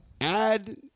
add